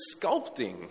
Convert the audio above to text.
sculpting